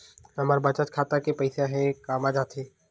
हमर बचत खाता के पईसा हे कामा जाथे?